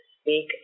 speak